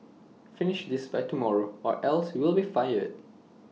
finish this by tomorrow or else you'll be fired